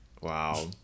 Wow